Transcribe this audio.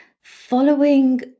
following